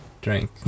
drink